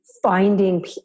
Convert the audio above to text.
finding